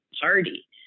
party